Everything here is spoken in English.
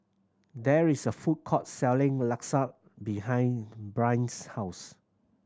there is a food court selling Lasagne behind Brynn's house